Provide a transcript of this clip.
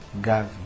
Gavi